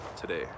today